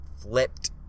flipped